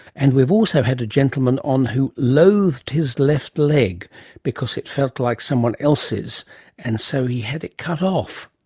and we've also had a gentleman on who loathed his left leg because it felt like someone else's and so he had it cut off.